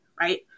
right